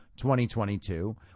2022